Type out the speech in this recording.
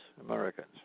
Americans